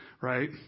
right